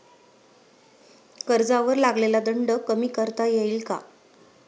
कर्जावर लागलेला दंड कमी करता येईल का?